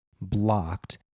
blocked